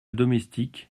domestique